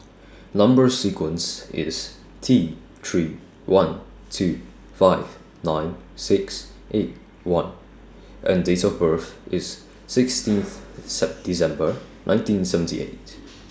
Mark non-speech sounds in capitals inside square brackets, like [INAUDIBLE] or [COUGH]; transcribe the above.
Number sequence IS T three one two five nine six eight one and Date of birth IS sixteenth [NOISE] Sep December nineteen seventy eight